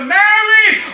married